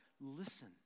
listen